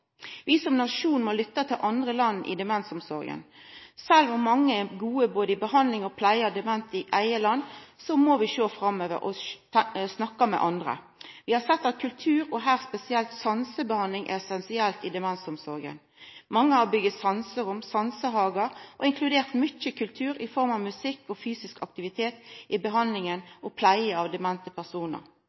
Vi som nasjon må lytta til andre land med omsyn til demensomsorga. Sjølv om mange er gode både i behandling og pleie av demente i eige land, må vi sjå framover og snakka med andre. Vi har sett at kultur, og spesielt sansebehandling, er essensielt i demensomsorga. Mange har bygd sanserom og sansehagar og inkludert mykje kultur i form av musikk og fysisk aktivitet i behandling og pleie av demente personar.